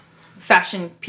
fashion